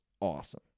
awesome